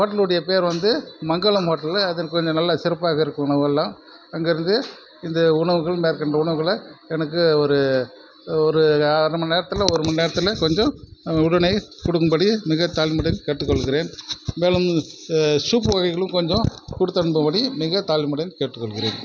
ஹோட்டலுடைய பேர் வந்து மங்களம் ஹோட்டலு அதில் கொஞ்சம் நல்லா சிறப்பாக இருக்கும் உணவெல்லாம் அங்கிருந்து இந்த உணவுகள் மேற்கண்ட உணவுகளை எனக்கு ஒரு ஒரு அரை மணி நேரத்தில் ஒரு மணி நேரத்தில் கொஞ்சம் உடனே கொடுக்கும்படி மிக தாழ்மையுடன் கேட்டு கொள்கிறேன் மேலும் சூப்பு வகைகளும் கொஞ்சம் கொடுத்து அனுப்பும்படி மிக தாழ்மையுடன் கேட்டு கொள்கிறேன்